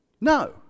No